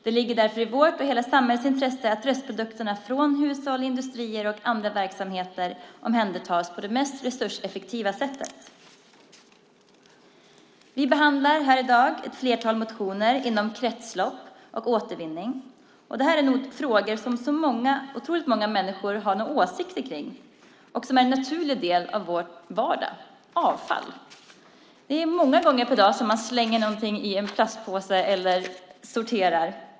Det ligger därför i vårt och hela samhällets intresse att restprodukterna från hushåll, industrier och andra verksamheter omhändertas på det mest resurseffektiva sättet. Vi behandlar i dag ett flertal motioner inom området kretslopp och återvinning. Det här är nog frågor som otroligt många människor har en åsikt om och som är en naturlig del av vår vardag - avfall. Det är många gånger per dag som man slänger någonting i en plastpåse eller sorterar.